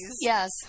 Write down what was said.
yes